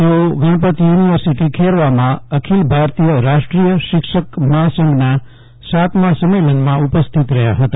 તેઓ ગણપત યુનિવર્સિટી ખેરવામાં અખિલ ભારતીય રાષ્ટીય શિક્ષક મહાસંઘના સાતમા સંમેલનમાં ઉપસ્થિત રહ્યા હતા